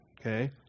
Okay